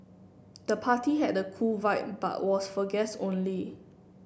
the party had a cool vibe but was for guests only